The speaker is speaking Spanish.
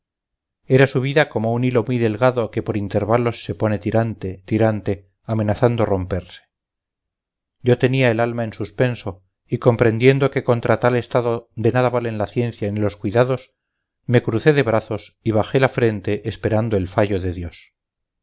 era su vida como un hilo muy delgado que por intervalos se pone tirante tirante amenazando romperse yo tenía el alma en suspenso y comprendiendo que contra tal estado de nada valen la ciencia ni los cuidados me crucé de brazos y bajé la frente esperando el fallo de dios